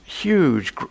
huge